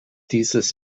dieses